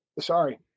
Sorry